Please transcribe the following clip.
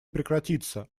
прекратиться